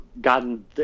gotten